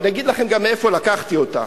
אני אגיד לכם גם מאיפה לקחתי אותה,